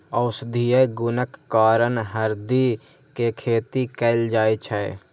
औषधीय गुणक कारण हरदि के खेती कैल जाइ छै